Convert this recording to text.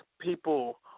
people